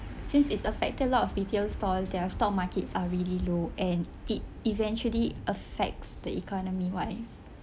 since it affected a lot of retail stores their stock markets are really low and it eventually affects the economy wise